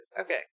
Okay